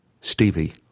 Stevie